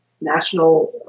national